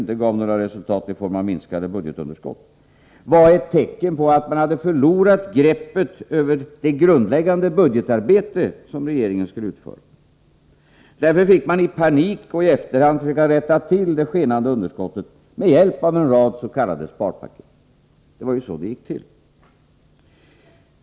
inte gav några resultat i form av minskade budgetunderskott — var ett tecken på att man förlorat greppet över det grundläggande budgetarbete som en regering har att utföra. Därför fick man i panik och i efterhand försöka rätta till det skenande underskottet med hjälp av en rad s.k. sparpaket. Det var ju så det gick till.